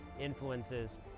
influences